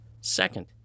Second